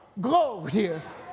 glorious